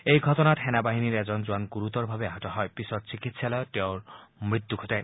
এই ঘটনাত সেনা বাহিনীৰ এজন জোৱান গুৰুতৰভাৱে আহত হয় পিছত চিকিৎসালয়ত তেওঁৰ মৃত্যু ঘটে